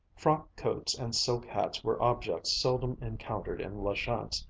frock-coats and silk hats were objects seldom encountered in la chance,